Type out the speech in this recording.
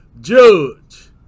judge